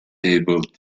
able